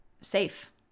safe